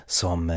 som